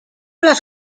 las